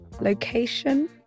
location